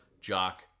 jock